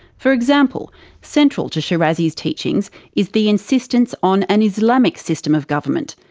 for example central to shirazi's teachings is the insistence on an islamic system of government,